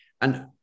And-